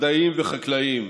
מדעיים וחקלאיים,